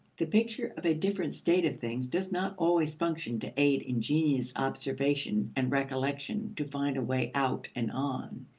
the picture of a different state of things does not always function to aid ingenious observation and recollection to find a way out and on.